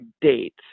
date